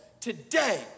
today